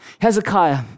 Hezekiah